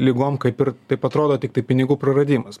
ligom kaip ir taip atrodo tiktai pinigų praradimas